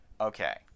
Okay